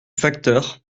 facteur